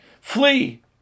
Flee